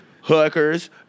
hookers